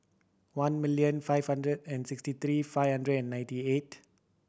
one million five hundred and sixty three five hundred and ninety eight